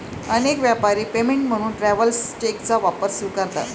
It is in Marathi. अनेक व्यापारी पेमेंट म्हणून ट्रॅव्हलर्स चेकचा वापर स्वीकारतात